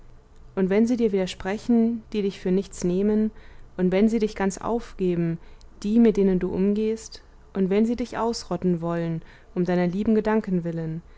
und wenn sie dir widersprechen die dich für nichts nehmen und wenn sie dich ganz aufgeben die mit denen du umgehst und wenn sie dich ausrotten wollen um deiner lieben gedanken willen